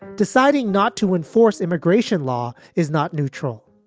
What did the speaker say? deciding not to enforce immigration law is not neutral.